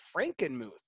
Frankenmuth